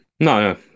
No